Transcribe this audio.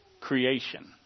creation